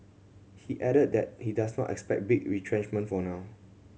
he added that he does not expect big retrenchment for now